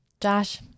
Josh